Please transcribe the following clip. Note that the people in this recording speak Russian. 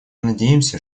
надеемся